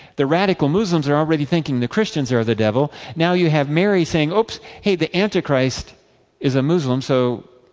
the radical muslims are already thinking the christians are the devil. now, you have mary saying, oops, hey, the antichrist is a muslim. so,